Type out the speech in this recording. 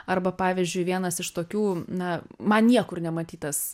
arba pavyzdžiui vienas iš tokių na man niekur nematytas